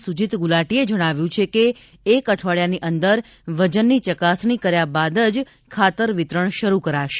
સુજીત ગુલાટીએ જણાવ્યું છે કે એક અઠવાડિયાની અંદર વજનની ચકાસણી કર્યા બાદ જ ખાતર વિતરણ શરૂ કરાશે